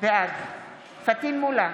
בעד פטין מולא,